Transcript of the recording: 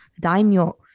daimyo